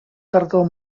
tardor